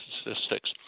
statistics